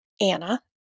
Anna